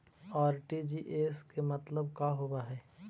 RTGS के मतलब का होव हई?